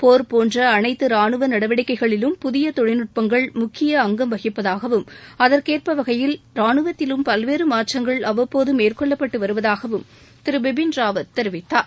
போர் போன்ற அனைத்து ராணுவ நடவடிக்கைகளிலும் புதிய தொழில்நட்பங்கள் முக்கிய அங்கம் வகிப்பதாகவும் அதற்கேற்ற வகையில் ராணுவத்திலும் பல்வேறு மாற்றங்கள் அவ்வப்போது மேற்கொள்ளப்பட்டு வருவதாகவும் திரு பிபின் ராவத் தெரிவித்தார்